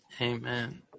Amen